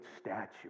statue